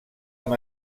amb